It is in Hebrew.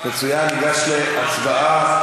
ניגש להצבעה.